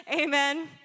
Amen